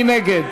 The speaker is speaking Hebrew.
מי נגד?